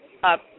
up